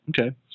Okay